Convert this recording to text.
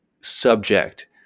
subject